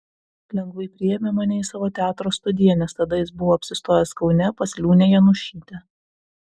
lengvai priėmė mane į savo teatro studiją nes tada jis buvo apsistojęs kaune pas liūnę janušytę